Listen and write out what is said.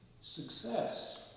Success